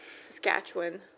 Saskatchewan